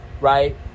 Right